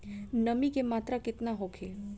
नमी के मात्रा केतना होखे?